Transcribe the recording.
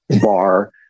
bar